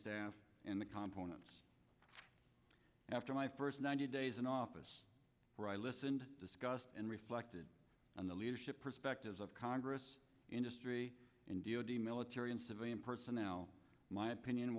staff and the conference after my first ninety days in office i listened discussed and reflected on the leadership perspectives of congress industry and d o d military and civilian personnel my opinion